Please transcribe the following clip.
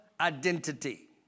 identity